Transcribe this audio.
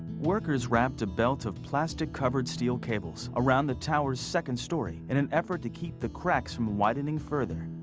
workers wrapped a belt of plastic covered steel cables around the tower's second story in an effort to keep the cracks from widening further.